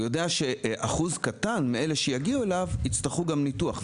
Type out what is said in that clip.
הוא יודע שאחוז קטן מאלה שיגיעו אליו יצטרכו גם ניתוח.